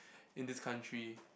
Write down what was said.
in this country